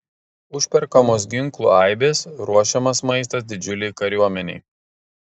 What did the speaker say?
užperkamos ginklų aibės ruošiamas maistas didžiulei kariuomenei